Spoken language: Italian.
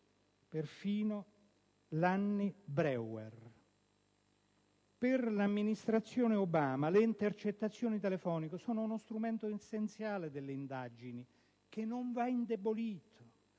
Lanny Breuer. «Per l'Amministrazione Obama le intercettazioni telefoniche sono uno strumento essenziale delle indagini, che non va indebolito.